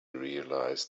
realized